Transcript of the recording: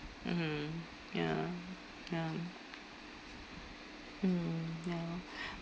mmhmm ya ya mm ya